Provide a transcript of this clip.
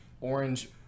Orange